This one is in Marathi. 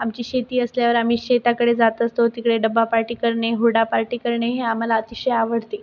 आमची शेती असल्यावर आम्ही शेताकडे जात असतो तिकडे डब्बा पार्टी करणे हुरडा पार्टी करणे हे आम्हाला अतिशय आवडते